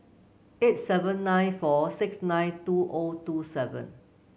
eight seven nine four six nine two O two seven